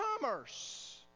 commerce